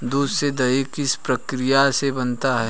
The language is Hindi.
दूध से दही किस प्रक्रिया से बनता है?